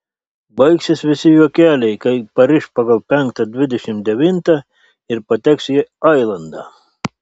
baigsis visi juokeliai kai pariš pagal penktą dvidešimt devintą ir pateks į ailandą